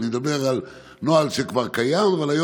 אני מדבר על נוהל שכבר קיים,